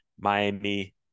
Miami